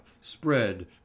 spread